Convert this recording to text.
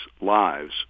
lives